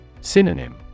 Synonym